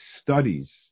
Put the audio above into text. studies